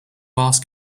ask